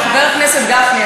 חבר הכנסת גפני,